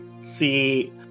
see